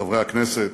חברי הכנסת,